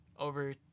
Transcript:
over